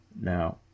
Now